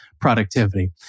productivity